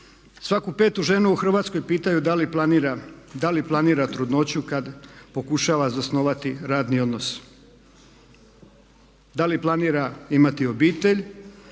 Svaku petu ženu u Hrvatskoj pitaju da li planira trudnoću kad pokušava zasnovati radni odnos, da li planira imati obitelj?